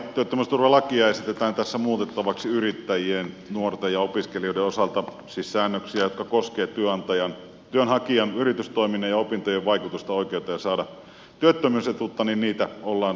työttömyysturvalakia esitetään tässä muutettavaksi yrittäjien nuorten ja opiskelijoiden osalta siis säännöksiä jotka koskevat työnhakijan yritystoiminnan ja opintojen vaikutusta oikeuteen saada työttömyysetuutta ollaan selkeyttämässä